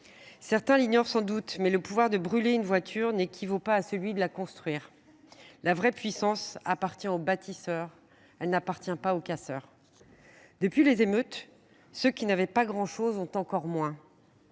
Certains l’ignorent sans doute, mais le pouvoir de brûler une voiture n’équivaut pas à celui de la construire. La vraie puissance appartient aux bâtisseurs, pas aux casseurs. C’est vrai ! Depuis les émeutes, ceux qui n’avaient pas grand chose ont encore moins.